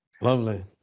Lovely